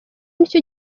nicyo